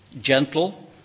gentle